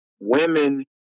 women